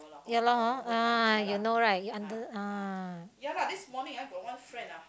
you know hor ah you know right you under ah